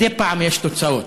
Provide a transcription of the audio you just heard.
מדי פעם יש תוצאות.